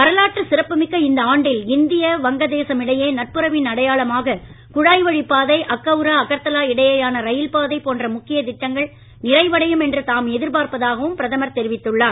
வரலாற்று சிறப்பு மிக்க இந்த ஆண்டில் இந்திய வங்க தேசம் இடையே நட்புறவின் அடையாளமாக குழாய்வழி பாதை அக்கவுரா அகர்த்தலா இடையேயான ரயில் பாதை போன்ற முக்கிய திட்டங்கள் நிறைவடையும் என்று தாம் எதிர்பார்ப்பதாகவும் பிரதமர் தெரிவித்துள்ளார்